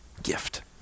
gift